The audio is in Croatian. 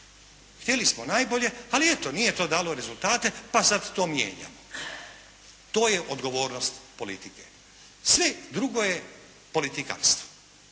htjeli smo najbolje, ali eto, nije to dalo rezultate, pa sada to mijenjamo. To je odgovornost politike, sve drugo je politikanstvo.